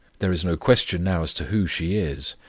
there is no question now as to who she is,